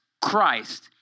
Christ